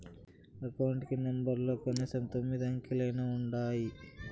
account కి నెంబర్లలో కనీసం తొమ్మిది అంకెలైనా ఉంటాయి